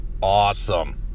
awesome